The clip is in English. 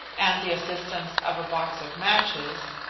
and the assistance of a box of matches,